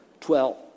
Twelve